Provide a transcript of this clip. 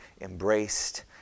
embraced